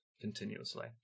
continuously